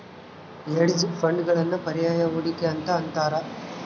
hedge ಫಂಡ್ಗಳನ್ನು ಪರ್ಯಾಯ ಹೂಡಿಕೆ ಅಂತ ಅಂತಾರ